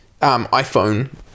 iPhone